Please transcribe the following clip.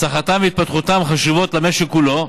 הצלחתם והתפתחותם חשובות למשק כולו,